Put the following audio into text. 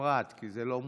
בנפרד, כי זה לא מוצמד.